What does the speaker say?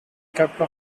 capital